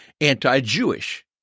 anti-Jewish